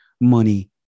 money